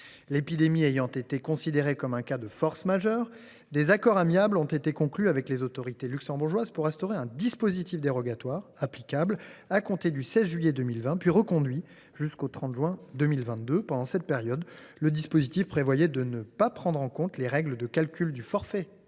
L’épidémie ayant été considérée comme un cas de force majeure, des accords amiables ont été conclus avec les autorités luxembourgeoises pour instaurer un dispositif dérogatoire applicable à compter du 16 juillet 2020, puis reconduit jusqu’au 30 juin 2022. Pendant cette période, le dispositif prévoyait de ne pas prendre en compte les règles de calcul du forfait